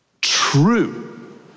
true